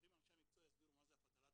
אנשי המקצוע יסבירו מה זה הפתלטים,